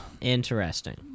Interesting